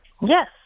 Yes